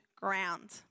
ground